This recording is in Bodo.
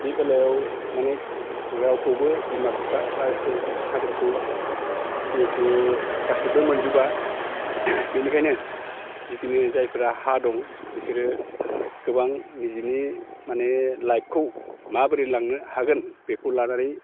बि बेलायाव माने रावखौबो बिमा बिफा बा सोर साख्रिखौ जिहेथु गासिबो मोनजोबा बिनिखायनो जिखिनि जायफोरा हा दं बेसोरो गोबां निजेनि माने लाइफखौ माबोरै लांनो हागोन बेखौ लानानै